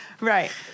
Right